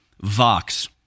Vox